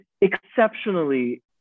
exceptionally